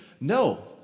No